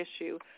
issue